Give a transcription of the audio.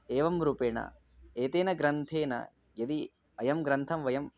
एवं रूपेण एतेन ग्रन्थेन यदि अयं ग्रन्थं वयम्